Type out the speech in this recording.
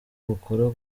bukora